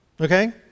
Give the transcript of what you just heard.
Okay